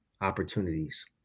opportunities